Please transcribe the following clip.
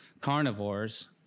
carnivores